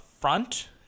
front